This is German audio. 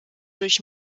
durch